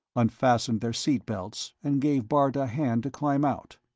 unfastened their seat belts and gave bart a hand to climb out.